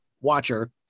watcher